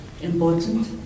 important